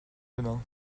demain